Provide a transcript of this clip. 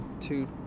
two